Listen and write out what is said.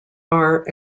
are